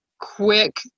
quick